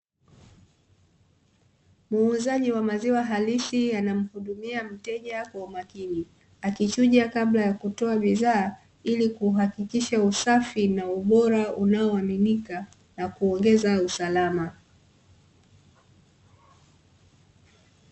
Muuzaji wa maziwa halisi anamuhudumia mteja kwa umakini, akichuja kabla ya kutoa bidhaa ili kuhakikisha usafi na ubora unaoaminika na kuongeza usalama.